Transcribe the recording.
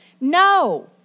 No